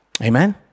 Amen